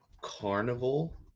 Carnival